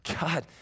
God